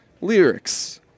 lyrics